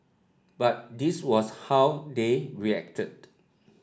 but this was how they reacted